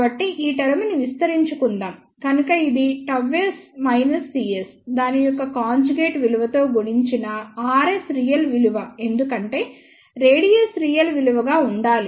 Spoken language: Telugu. కాబట్టి ఈ టర్మ్ ని విస్తరించుకుందాం కనుక ఇది Γs cs దాని యొక్క కాంజుగేట్ విలువ తో గుణించిన rs రియల్ విలువ ఎందుకంటే రేడియస్ రియల్ విలువగా ఉండాలి